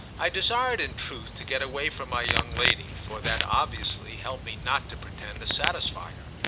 i desired in truth to get away from my young lady, for that obviously helped me not to pretend to satisfy her.